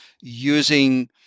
using